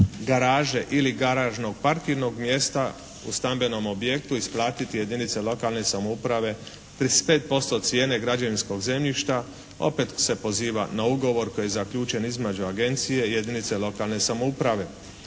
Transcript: ili garažnog parkirnog mjesta u stambenom objektu isplatiti jedinice lokalne samouprave 35% od cijene građevinskog zemljišta, opet se poziva na ugovor koji je zaključen između agencije, jedinice lokalne samouprave